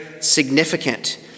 significant